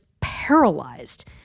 paralyzed